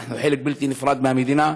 אנחנו חלק בלתי נפרד מהמדינה.